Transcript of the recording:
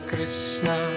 Krishna